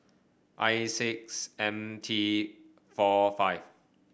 I six M T four five